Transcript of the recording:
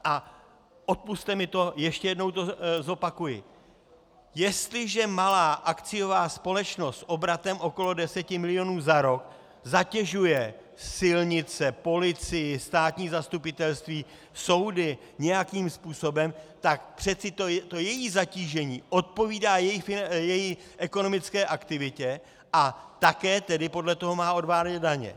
A odpusťte mi to, ještě jednou to zopakuji: Jestliže malá akciová společnost s obratem okolo 10 milionů za rok zatěžuje silnice, policii, státní zastupitelství, soudy nějakým způsobem, tak přeci to její zatížení odpovídá její ekonomické aktivitě a také tedy podle toho má odvádět daně.